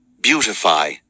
beautify